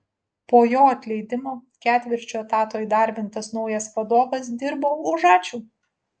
po jo atleidimo ketvirčiu etato įdarbintas naujas vadovas dirbo už ačiū